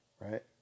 right